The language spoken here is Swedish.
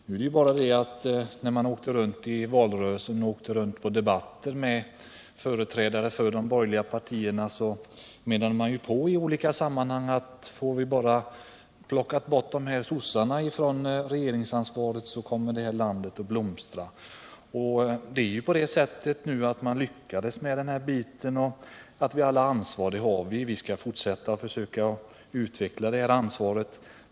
Nu är det bara det att när man i valrörelsen åkte runt på debatter med företrädare för de borgerliga partierna, så menade de borgerliga i olika sammanhang att bara de fick plocka bort socialdemokraterna från regeringsansvaret skulle landet komma att blomstra. De borgerliga lyckades ju också få bort socialdemokraterna. Att vi alla har ett ansvar är som sagt riktigt, och vi skall försöka utveckla det här ansvaret.